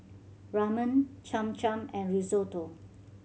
Ramen Cham Cham and Risotto